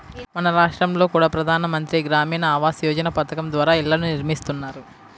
మన రాష్టంలో కూడా ప్రధాన మంత్రి గ్రామీణ ఆవాస్ యోజన పథకం ద్వారా ఇళ్ళను నిర్మిస్తున్నారు